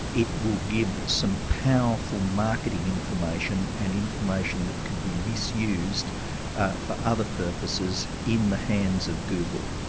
it will give some powerful marketing information and information that could be misused for other purposes in the hands of google.